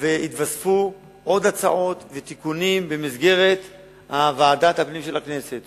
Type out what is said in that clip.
והתווספו עוד הצעות ותיקונים במסגרת ועדת הפנים של הכנסת,